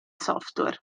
software